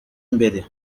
imbere